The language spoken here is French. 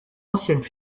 anciennes